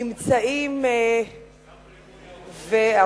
שנמצאים, גם, אופוזיציה.